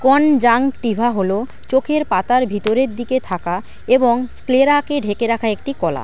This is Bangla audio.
কনজাংটিভা হলো চোখের পাতার ভিতরের দিকে থাকা এবং স্ক্লেরাকে ঢেকে রাখা একটি কলা